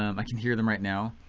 um i can hear them right now.